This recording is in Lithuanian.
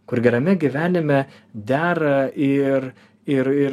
kur gerame gyvenime dera ir ir ir